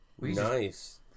Nice